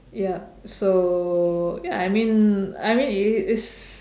ya so ya I mean I mean it is